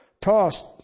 tossed